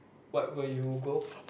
what would you go